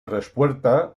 respuesta